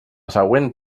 següent